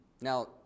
Now